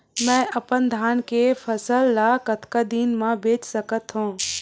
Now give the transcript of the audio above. मैं अपन धान के फसल ल कतका दिन म बेच सकथो?